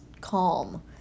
calm